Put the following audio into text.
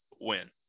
win